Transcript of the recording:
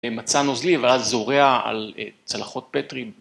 מצא נוזלי ואז זורע על צלחות פטרי.